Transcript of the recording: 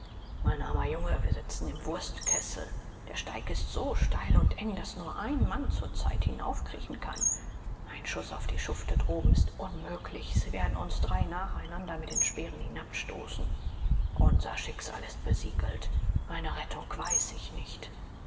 mein armer junge wir sitzen im wurstkessel der steig ist so steil und eng daß nur ein mann zur zeit hinaufkriechen kann ein schuß auf die schufte droben ist unmöglich sie werden uns drei nacheinander mit den speeren hinabstoßen unser schicksal ist besiegelt eine rettung weiß ich nicht